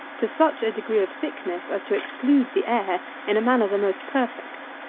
to such a degree of thickness as to exclude the air in a manner the most perfect.